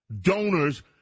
donors